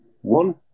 One